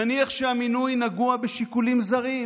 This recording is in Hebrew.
נניח שהמינוי נגוע בשיקולים זרים,